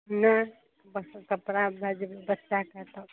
नहि परसू कपड़ा भेजबै बच्चा कए तऽ